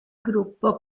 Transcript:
gruppo